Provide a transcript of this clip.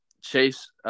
Chase